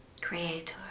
Creator